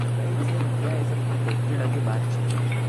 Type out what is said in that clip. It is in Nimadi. तो कही छे भिया ये सब तो फोक्तिना की बात छे।